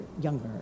younger